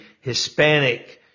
Hispanic